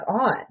on